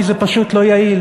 כי זה פשוט לא יעיל.